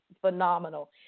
phenomenal